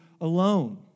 alone